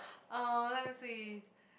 uh let me see